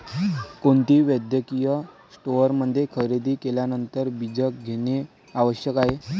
कोणत्याही वैद्यकीय स्टोअरमध्ये खरेदी केल्यानंतर बीजक घेणे आवश्यक आहे